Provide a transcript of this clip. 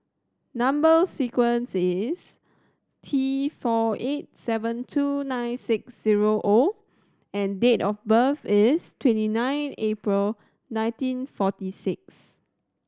number sequence is T four eight seven two nine six zero O and date of birth is twenty nine April nineteen forty six